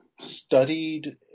studied